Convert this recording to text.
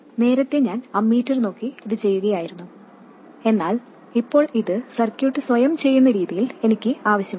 നേരത്തെ ഞാൻ അമ്മീറ്റർ നോക്കി ഇത് ചെയ്യുകയായിരുന്നു എന്നാൽ ഇപ്പോൾ ഇത് സർക്യൂട്ട് സ്വയം ചെയ്യുന്ന രീതിയിൽ എനിക്ക് ആവശ്യമുണ്ട്